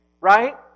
Right